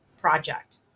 project